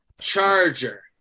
Charger